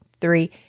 three